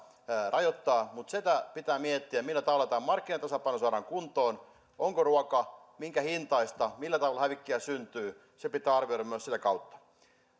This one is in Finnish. rajoittaa mutta sitä pitää miettiä millä tavalla tämä markkinatasapaino saadaan kuntoon onko ruoka minkä hintaista millä tavalla hävikkiä syntyy se pitää arvioida myös sitä kautta